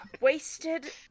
Wasted